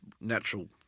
natural